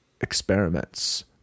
experiments